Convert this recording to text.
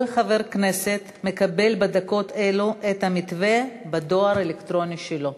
כל חבר כנסת מקבל בדקות אלו את המתווה בדואר האלקטרוני שלו.